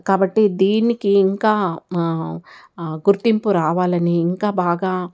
కాబట్టి దీనికి ఇంకా గుర్తింపు రావాలని ఇంకా బాగా